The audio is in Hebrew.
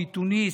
מתוניס,